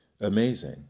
Amazing